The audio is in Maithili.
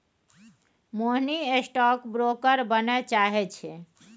मोहिनी स्टॉक ब्रोकर बनय चाहै छै